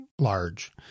large